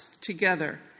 together